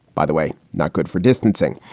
by the way, not good for distancing.